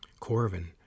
Corvin